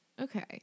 Okay